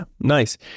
nice